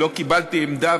לא קיבלתי עמדה,